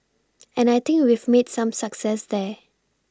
and I think we've made some success there